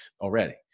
already